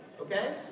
Okay